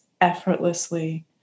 effortlessly